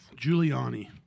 Giuliani